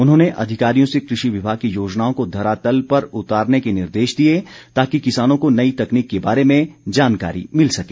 उन्होंने अधिकारियों से कृषि विभाग की योजनाओं को धरातल पर उतारने का निर्देश दिया ताकि किसानों को नई तकनीक के बारे में जानकारी मिल सके